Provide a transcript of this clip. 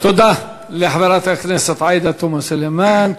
תודה לחברת הכנסת עאידה תומא סלימאן,